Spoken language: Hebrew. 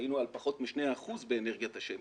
כשהיינו על פחות משני אחוזים באנרגיית השמש,